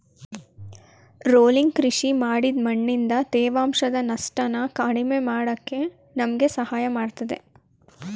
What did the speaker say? rolling ಕೃಷಿ ಮಾಡಿದ್ ಮಣ್ಣಿಂದ ತೇವಾಂಶದ ನಷ್ಟನ ಕಡಿಮೆ ಮಾಡಕೆ ನಮ್ಗೆ ಸಹಾಯ ಮಾಡ್ತದೆ